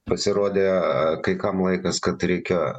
pasirodė kai kam laikas kad reikia